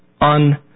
on